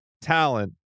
talent